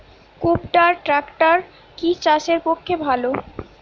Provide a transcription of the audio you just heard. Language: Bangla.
কুবটার ট্রাকটার কি চাষের পক্ষে ভালো?